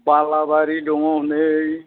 बालाबारि दङ नै